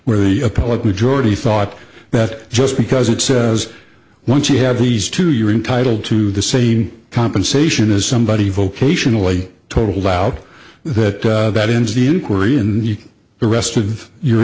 where the appellate majority thought that just because it says once you have these two you're entitled to the same compensation as somebody vocational a total doubt that that ends the inquiry and the rest of your